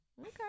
Okay